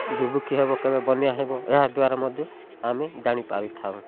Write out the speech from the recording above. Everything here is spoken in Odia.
ଦୁର୍ଭିକ୍ଷ ହେବ କେବେ ବନ୍ୟା ହେବ ଏହା ଦ୍ଵାରା ମଧ୍ୟ ଆମେ ଜାଣିପାରିଥାଉ